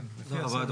כן, לפי הסדר.